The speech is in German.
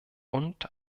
und